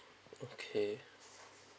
okay